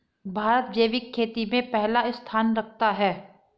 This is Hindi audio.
भारत जैविक खेती में पहला स्थान रखता है